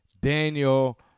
Daniel